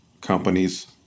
companies